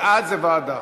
בעד זה ועדה.